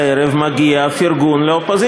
אני מתעקש עדיין שהערב מגיע פרגון לאופוזיציה.